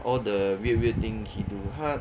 all the weird weird thing he do 他